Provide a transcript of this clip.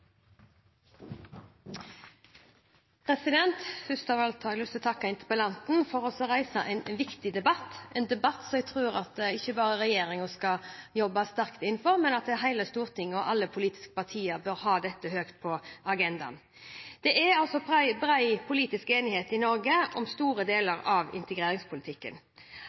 arbeidsliv? Først vil jeg takke interpellanten for å reise en viktig debatt, en debatt som jeg tror at ikke bare regjeringen skal jobbe sterkt for, men at hele Stortinget og alle politiske partier bør ha høyt på agendaen. Det er bred politisk enighet i Norge om store deler av integreringspolitikken.